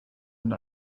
und